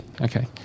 okay